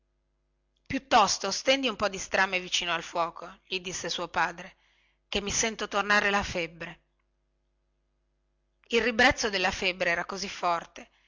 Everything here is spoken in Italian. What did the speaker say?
piuttosto stendi un po di strame vicino al fuoco gli disse suo padre chè mi sento tornare la febbre il ribrezzo della febbre era così forte